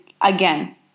again